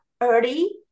early